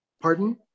Pardon